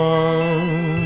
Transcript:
one